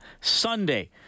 Sunday